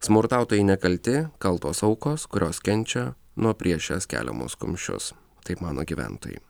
smurtautojai nekalti kaltos aukos kurios kenčia nuo prieš jas keliamus kumščius taip mano gyventojai